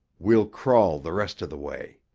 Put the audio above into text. we'll crawl the rest of the way.